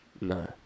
No